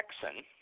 Texan